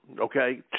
okay